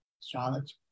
Astrology